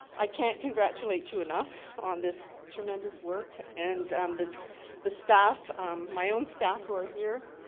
i can't congratulate you enough on this tremendous work and the the staff my own staff who are here,